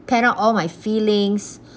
pan out all my feelings